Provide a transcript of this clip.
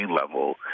level